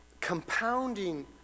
compounding